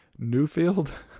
Newfield